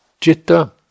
jitta